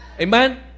Amen